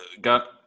got